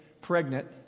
pregnant